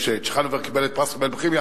כשצ'חנובר קיבל את פרס נובל בכימיה